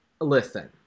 listen